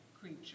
creature